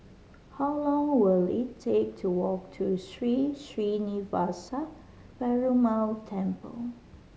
how long will it take to walk to Sri Srinivasa Perumal Temple